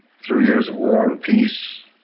through years of war and peace,